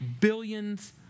billions